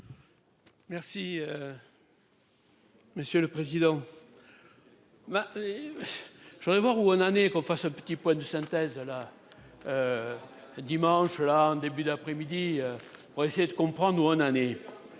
Merci. Monsieur le président. Ma. Je voudrais voir où on en est qu'on fasse un petit point de synthèse là. Dimanche là en début d'après-midi pour essayer de comprendre où en année.